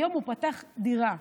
היום הוא פתח דירה,